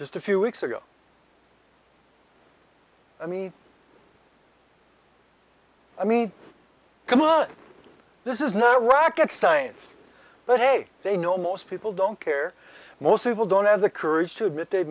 just a few weeks ago i mean i mean come on this is not rocket science but hey they know most people don't care most people don't have the courage to admit they